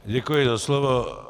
Děkuji za slovo.